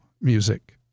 music